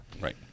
Right